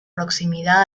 proximidad